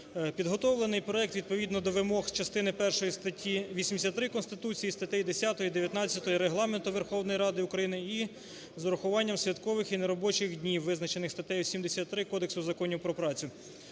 Підготовлений проект відповідно до вимог частини першої статті 83 Конституції і статей 10, 19 Регламенту Верховної Ради України і з урахуванням святкових і неробочих днів, визначених статтею 73 Кодексу законів про працю,